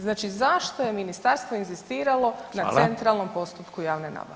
Znači, zašto je ministarstvo inzistiralo na centralnom postupku javne nabave?